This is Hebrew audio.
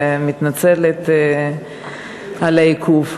ואני מתנצלת על העיכוב.